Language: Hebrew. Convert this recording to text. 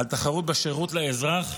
על תחרות בשירות לאזרח,